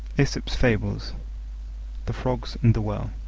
aesop's fables the frogs and the well